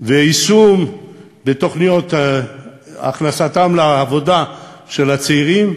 ויישום ותוכניות להכנסתם לעבודה של הצעירים,